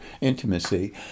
intimacy